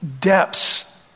depths